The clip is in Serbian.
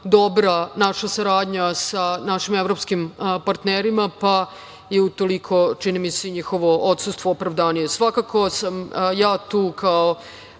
dobra naša saradnja sa našim evropskim partnerima, pa je utoliko, čini mi se, njihovo odsustvo opravdanije. Svakako sam ja tu kao